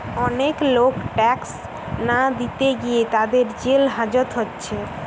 অনেক লোক ট্যাক্স না দিতে গিয়ে তাদের জেল হাজত হচ্ছে